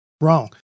wrong